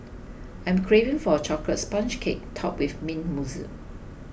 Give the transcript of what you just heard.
I am craving for a Chocolate Sponge Cake Topped with Mint Mousse